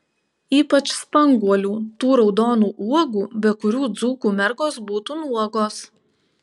ypač spanguolių tų raudonų uogų be kurių dzūkų mergos būtų nuogos